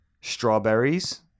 Strawberries